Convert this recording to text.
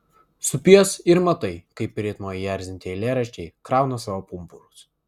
supies ir matai kaip ritmo įerzinti eilėraščiai krauna savo pumpurus